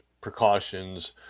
precautions